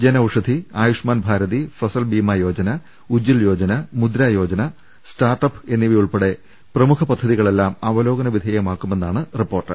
Jan Aushadhi Ayushman Bharati Fasal Bima Yojana Ujjwal Yojana Mudra Yojana startup എന്നിവയുൾപ്പെടെ പ്രമുഖ പദ്ധതികളെല്ലാം അവലോകന വിധേയമാക്കുമെന്നാണ് റിപ്പോർട്ട്